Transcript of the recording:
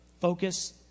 Focus